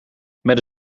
met